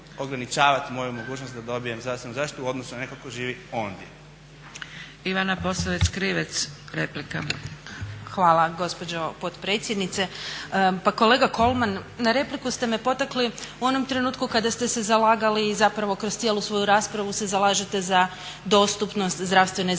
Dragica (SDP)** Ivana Posavec Krivec, replika. **Posavec Krivec, Ivana (SDP)** Hvala gospođo potpredsjednice. Pa kolega Kolman na repliku ste me potakli u onom trenutku kada ste se zalagali i zapravo kroz cijelu svoju raspravu se zalažete za dostupnost zdravstvene zaštite.